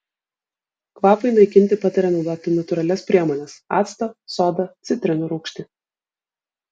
kvapui naikinti patarė naudoti natūralias priemones actą sodą citrinų rūgštį